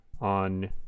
on